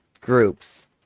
groups